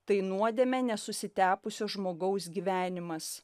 tai nuodėme nesusitepusio žmogaus gyvenimas